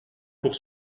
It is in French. pour